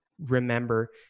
remember